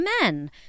men